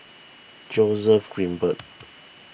Joseph Grimberg